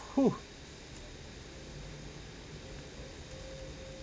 who